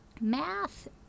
Math